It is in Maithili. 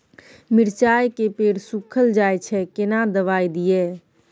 मिर्चाय के पेड़ सुखल जाय छै केना दवाई दियै?